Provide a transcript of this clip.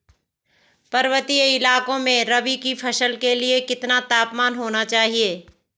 पर्वतीय इलाकों में रबी की फसल के लिए कितना तापमान होना चाहिए?